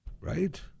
right